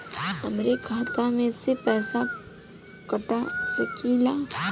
हमरे खाता में से पैसा कटा सकी ला?